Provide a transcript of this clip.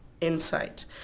insight